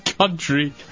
country